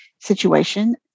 situation